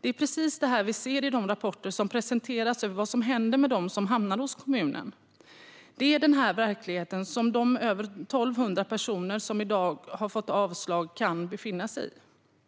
Det är precis det här vi ser i de rapporter som presenteras om vad som händer med dem som hamnar hos kommunen. Det är den här verkligheten som de över 1 200 personer som i dag har fått avslag kan befinna sig i.